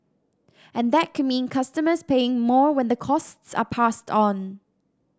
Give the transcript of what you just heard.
and that could mean customers paying more when the costs are passed on